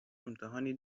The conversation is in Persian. امتحانی